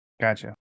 Gotcha